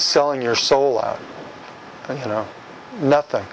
selling your soul and you know nothing